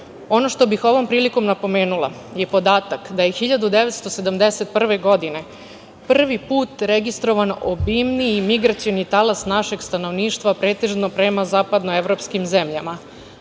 što bih ovom prilikom napomenula je podatak da je 1971. godine prvi put registrovan obimniji migracioni talas našeg stanovništva pretežno prema zapadnoevropskim zemljama.